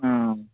ہاں